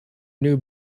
new